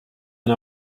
and